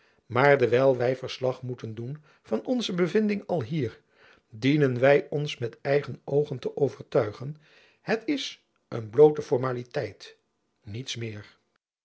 maar dewijl wy verslag moeten doen van onze bevinding alhier dienen wy ons met eigen oogen te overtuigen het is een bloote formaliteit niets meer